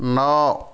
नौ